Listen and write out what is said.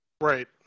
Right